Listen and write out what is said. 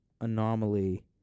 anomaly